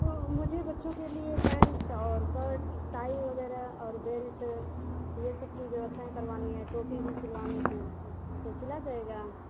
तो मुझे बच्चों के लिए पैन्ट और शर्ट टाई वगैरह और बेल्ट ए सब की व्यवस्थाएँ करवानी हैं टोपी भी सिलवानी थी तो सिल जाएगा